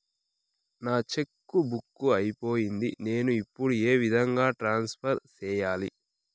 నా check book అయిపోయింది నేను ఇప్పుడు ఏ విధంగా ట్రాన్స్ఫర్ సేయాలి?